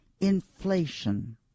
inflation